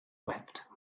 wept